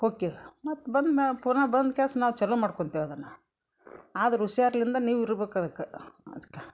ಹೋಕಿವಿ ಮತ್ತು ಬಂದ್ಮೆ ಪುನಃ ಬಂದ್ಕ್ಯಾಸ್ ನಾವು ಚಾಲು ಮಾಡ್ಕೊಂತೇವೆ ಅದನ್ನು ಆದ್ರೆ ಹುಷಾರ್ಲಿಂದ ನೀವು ಇರ್ಬೇಕು ಅದಕ್ಕೆ